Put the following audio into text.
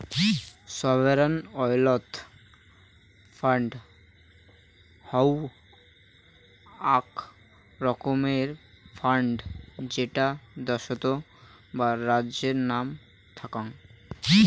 sovereign wealth fund হউ আক রকমের ফান্ড যেটা দ্যাশোতর বা রাজ্যের নাম থ্যাক্যাং